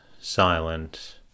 silent